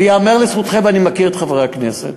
וייאמר לזכותכם, ואני מכיר את חברי הכנסת,